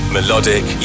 Melodic